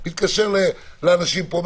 מתקשר לאנשים פה,